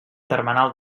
termenal